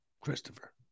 Christopher